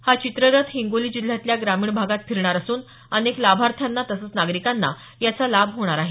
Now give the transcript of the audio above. हा चित्ररथ हिंगोली जिल्ह्यातल्या ग्रामीण भागात फिरणार असून अनेक लाभार्थ्यांना तसंच नागरिकांना याचा लाभ होणार आहे